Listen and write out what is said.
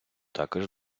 також